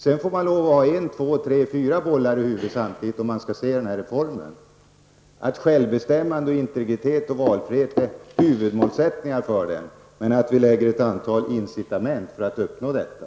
Men sedan måste man ha flera bollar i luften samtidigt om man skall se den här reformen i dess helhet. Självbestämmande, integritet och valfrihet är huvudmålsättningar, och vi har ett antal incitament för att uppnå dessa.